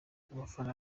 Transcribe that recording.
abafana